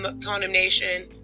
condemnation